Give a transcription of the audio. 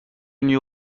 knew